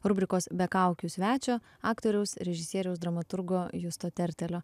rubrikos be kaukių svečio aktoriaus režisieriaus dramaturgo justo tertelio